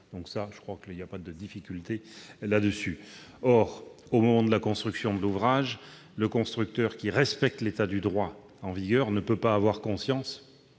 intentionnel. Il n'y a pas de difficulté de ce point de vue. Au moment de la construction de l'ouvrage, le constructeur qui respecte l'état du droit en vigueur ne peut pas avoir conscience,